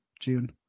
June